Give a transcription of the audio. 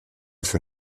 für